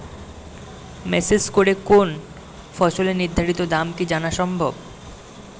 Message করে কোন ফসলের নির্ধারিত দাম কি জানা সম্ভব?